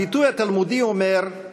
הביטוי התלמודי אומר: